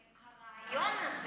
הרעיון הזה